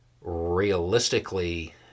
realistically